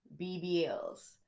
BBLs